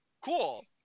Cool